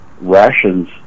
rations